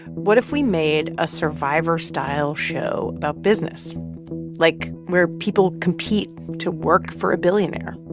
what if we made a survivor style show about business like, where people compete to work for a billionaire?